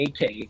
AK